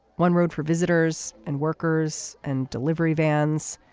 one road for visitors and workers and delivery vans.